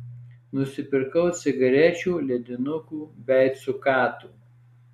nusipirkau cigarečių ledinukų bei cukatų